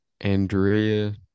Andrea